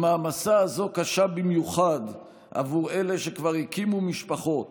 המעמסה הזאת קשה במיוחד עבור אלה שכבר הקימו משפחות